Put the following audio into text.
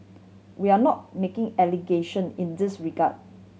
we are not making allegation in this regard